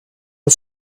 are